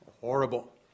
horrible